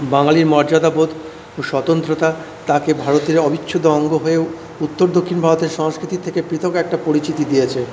বাঙালির মর্যাদাবোধ ও স্বতন্ত্রতা তাকে ভারতের অবিচ্ছেদ্য অঙ্গ হয়েও উত্তর দক্ষিণ ভারতের সংস্কৃতি থেকে পৃথক একটা পরিচিতি দিয়েছে